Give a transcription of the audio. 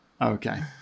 Okay